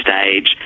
stage